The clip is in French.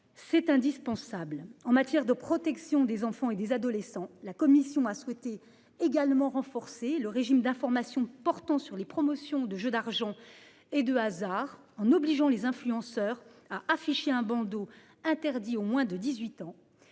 C'est indispensable en matière de protection des enfants et des adolescents. La commission a souhaité également renforcer le régime d'informations portant sur les promotions de jeux d'argent et de hasard en obligeant les influenceurs à afficher un bandeau interdit aux moins de 18 ans.